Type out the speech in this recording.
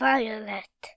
Violet